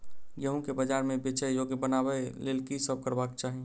गेंहूँ केँ बजार मे बेचै योग्य बनाबय लेल की सब करबाक चाहि?